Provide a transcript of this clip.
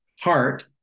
heart